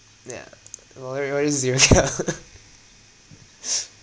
yeah already at zero count